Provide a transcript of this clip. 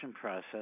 process